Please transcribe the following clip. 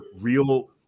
real